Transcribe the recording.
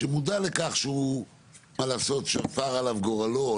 שמודע לכך ששפר עליו גורלו,